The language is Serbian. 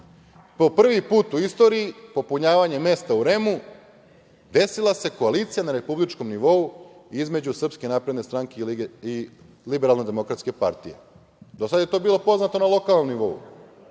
Po prvi put u istoriji popunjavanjem mesta u REM-u desila se koalicija na republičkom nivou između Srpske napredne stranke i Liberalno-demokratske partije. Do sad je to bilo poznato na lokalnom nivou,